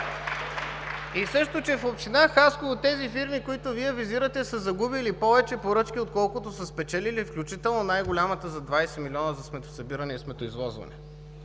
И също, че в община Хасково тези фирми, които Вие визирате, са загубили повече поръчки, отколкото са спечелили, включително най-голямата за 20 млн. лв., за сметосъбиране и сметоизвозване.